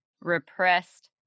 repressed